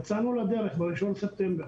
יצאנו לדרך ב-1 בספטמבר,